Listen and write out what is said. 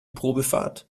probefahrt